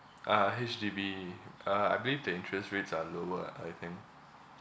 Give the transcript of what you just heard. uh H_D_B uh I believe the interest rates are lower I think